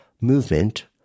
movement